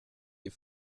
des